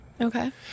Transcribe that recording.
Okay